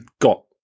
got